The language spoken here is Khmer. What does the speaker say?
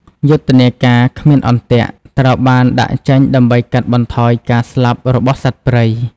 យុទ្ធនាការ "គ្មានអន្ទាក់" ត្រូវបានដាក់ចេញដើម្បីកាត់បន្ថយការស្លាប់របស់សត្វព្រៃ។